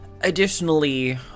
Additionally